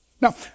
Now